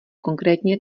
konkrétně